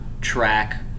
track